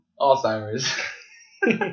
Alzheimer's